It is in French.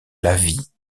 lavis